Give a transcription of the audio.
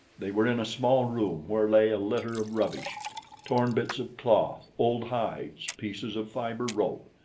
they were in a small room where lay a litter of rubbish torn bits of cloth, old hides, pieces of fiber rope.